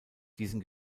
diesen